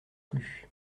plus